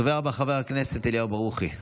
הדובר הבא, חבר הכנסת אליהו ברוכי,